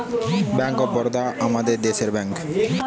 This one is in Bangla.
ব্যাঙ্ক অফ বারোদা আমাদের দেশের ব্যাঙ্ক